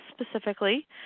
specifically